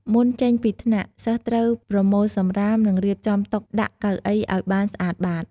មុនចេញពីថ្នាក់ សិស្សត្រូវប្រមូលសំរាម និង រៀបចំទុកដាក់កៅអីឱ្យបានស្អាតបាត។